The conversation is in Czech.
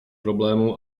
problému